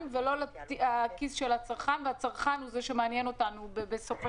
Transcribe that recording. ולא הצרכן שהוא זה שמעניין אותנו בסוף השרשרת.